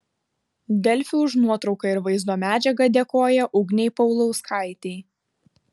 delfi už nuotrauką ir vaizdo medžiagą dėkoja ugnei paulauskaitei